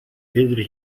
verder